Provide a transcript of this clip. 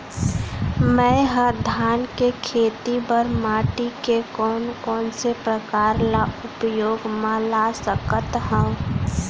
मै ह धान के खेती बर माटी के कोन कोन से प्रकार ला उपयोग मा ला सकत हव?